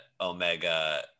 omega